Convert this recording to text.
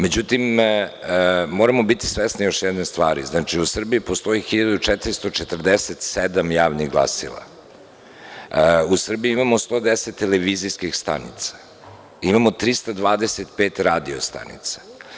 Moramo biti svesni još jedne stvari, u Srbiji postoji 1.447 javnih glasila, u Srbiji imamo 110 televizijskih stanica, imamo 325 radio stanica.